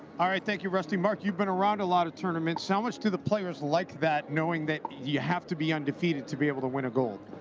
all right thank you rusty. mark you've been around a lot of tournaments. how much do the players like that, knowing that you have to be undefeated to be able to win a gold?